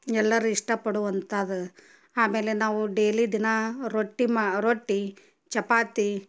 ಎಲ್ಲರೂ ಇಷ್ಟಪಡುವಂತಾದ ಆಮೇಲೆ ನಾವು ಡೇಲಿ ದಿನ ರೊಟ್ಟಿ ಮಾ ರೊಟ್ಟಿ ಚಪಾತಿ